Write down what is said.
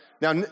Now